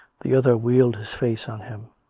the other wheeled his face on him.